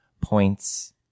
points